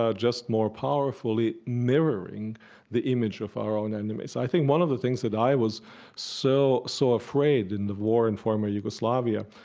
just more powerfully mirroring the image of our own enemies. i think one of the things that i was so so afraid in the war in former yugoslavia,